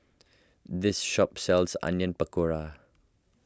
this shop sells Onion Pakora